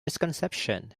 misconception